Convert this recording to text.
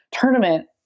tournament